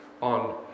on